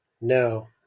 No